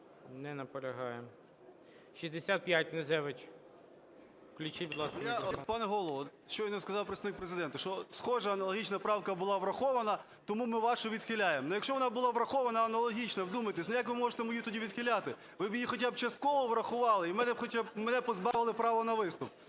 ласка, мікрофон. 11:34:57 КНЯЗЕВИЧ Р.П. Пане Голово, щойно сказав представник Президента, що "схожа аналогічна правка була врахована, тому ми вашу відхиляємо". Якщо вона була врахована, аналогічна, вдумайтесь, як ви можете мою тоді відхиляти? Ви її хоча б частково врахували - і мене позбавили права на виступ.